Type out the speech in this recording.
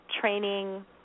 training